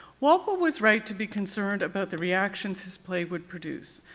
walpole was right to be concerned about the reactions his play would produce.